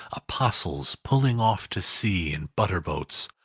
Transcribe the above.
apostles putting off to sea in butter-boats,